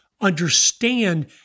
understand